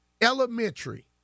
elementary